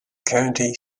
county